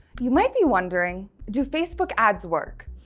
you might be wondering do facebook ads work?